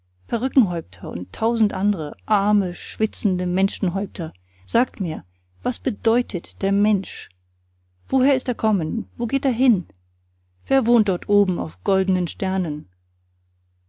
perückenhäupter und tausend andre arme schwitzende menschenhäupter sagt mir was bedeutet der mensch woher ist er kommen wo geht er hin wer wohnt dort oben auf goldenen sternen